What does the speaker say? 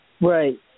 Right